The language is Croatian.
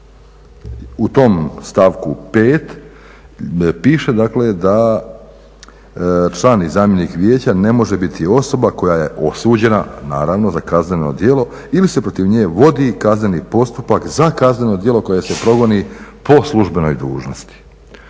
U tom stavku 5. piše "Da član i zamjenik vijeća ne može biti osoba koja je osuđena, naravno za kazneno djelo ili se protiv nje vodi kazneni postupak za kazneno djelo koje se progoni po službenoj dužnosti."